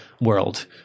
world